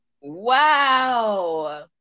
Wow